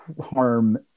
harm